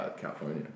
california